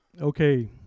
Okay